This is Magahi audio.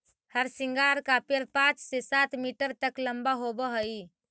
हरसिंगार का पेड़ पाँच से सात मीटर तक लंबा होवअ हई